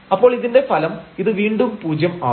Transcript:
അപ്പോൾ ഇതിന്റെ ഫലം ഇത് വീണ്ടും പൂജ്യം ആവും